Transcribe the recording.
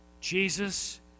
Jesus